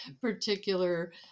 particular